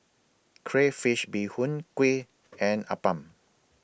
Crayfish Beehoon Kuih and Appam